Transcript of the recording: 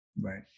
right